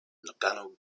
nagano